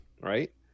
right